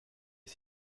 est